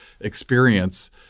experience